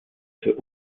für